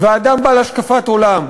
ואדם בעל השקפת עולם,